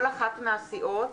כל אחת מהסיעות,